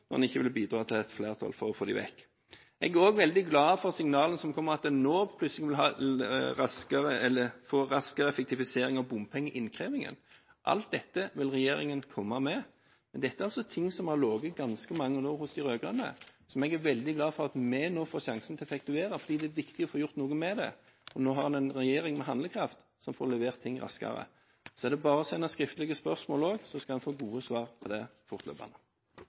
når man ikke vil bidra til et flertall for å få dem vekk. Jeg er også veldig glad for signalene som kommer om at man nå plutselig vil få raskere effektivisering av bompengeinnkrevingen. Alt dette vil regjeringen komme med, men dette er ting som har ligget ganske mange år hos de rød-grønne, og som jeg er veldig glad for at vi nå får sjansen til å effektuere, for det er viktig å få gjort noe med det. Nå har vi en regjering med handlekraft, som får levert ting raskere. Det er bare å sende skriftlige spørsmål også, så skal man få gode svar på dem fortløpende.